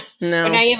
No